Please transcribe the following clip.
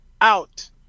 out